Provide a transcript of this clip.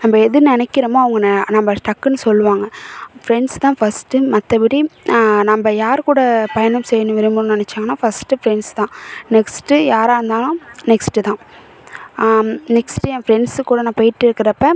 நம்ம எது நினைக்கிறமோ அவங்க ந நம்மள டக்குன்னு சொல்லுவாங்க ஃப்ரெண்ட்ஸ் தான் ஃபஸ்ட்டு மற்றபடி நம்ம யாருகூட பயணம் செய்யணுன்னு விரும்பணுன்னு நினச்சாங்கன்னா ஃபஸ்ட்டு ஃப்ரெண்ட்ஸ் தான் நெக்ஸ்ட்டு யாராக இருந்தாலும் நெக்ஸ்ட்டு தான் நெக்ஸ்ட்டு என் ஃப்ரெண்ட்ஸு கூட நான் போயிகிட்டு இருக்கிறப்ப